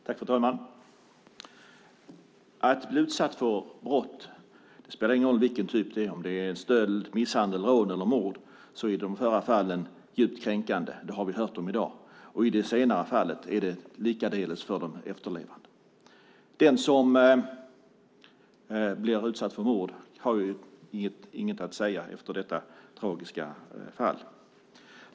Fru talman! Att bli utsatt för brott vilken typ det än är, stöld, misshandel, rån eller mord, är djupt kränkande. Det har vi hört om i dag. I det senare fallet är det likaledes det för de efterlevande. Den som blir utsatt för mord har inget att säga efter detta tragiska fall.